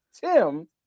Tim